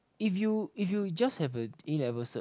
if you if you just have a A-level cert